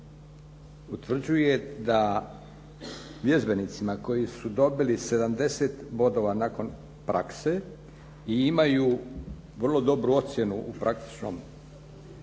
utvrđuje da vježbenicima koji su dobili 70 bodova nakon prakse i imaju vrlo dobru ocjenu u praktičnom dijelu